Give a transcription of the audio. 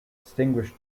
distinguish